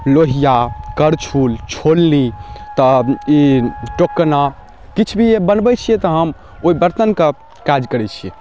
लोहिया करछुल छोलनी तब ई टोकना किछु भी बनबै छियै तऽ हम ओ बर्तनके काज करै छियै